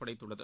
படைத்துள்ளது